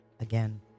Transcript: Again